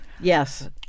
Yes